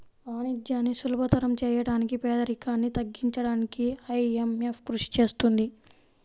వాణిజ్యాన్ని సులభతరం చేయడానికి పేదరికాన్ని తగ్గించడానికీ ఐఎంఎఫ్ కృషి చేస్తుంది